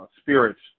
spirits